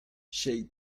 shake